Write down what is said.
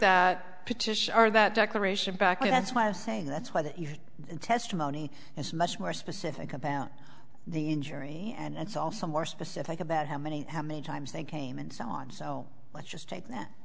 that petition or that declaration back that's why i'm saying that's why the testimony is much more specific about the injury and it's also more specific about how many how many times they came and so on so let's just take that